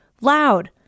loud